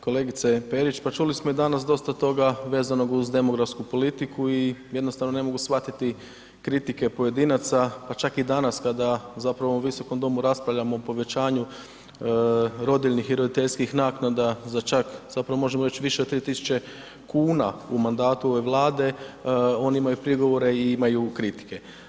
Kolegice Perić, pa čuli smo i danas dosta toga vezanog uz demografsku politiku i jednostavno ne mogu shvatiti kritike pojedinaca pa čak i danas kada u ovom visokom dobu raspravljamo o povećanju rodiljnih i roditeljskih naknada za čak, zapravo možemo reći više od 3.000 kuna u mandatu ove Vlade, oni imaju prigovore i imaju kritike.